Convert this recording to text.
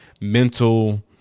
mental